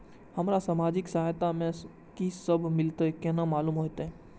हमरा सामाजिक सहायता में की सब मिलते केना मालूम होते?